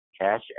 cash